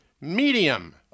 Medium